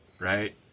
Right